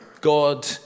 God